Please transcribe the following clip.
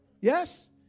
Yes